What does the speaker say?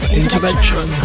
intervention